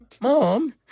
mom